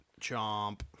chomp